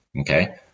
okay